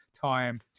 time